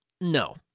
No